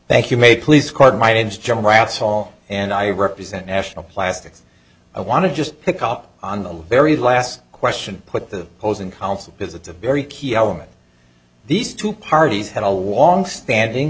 thank you made police card my name's john ratz hall and i represent national plastics i want to just pick up on the very last question put the opposing counsel because it's a very key element these two parties had a longstanding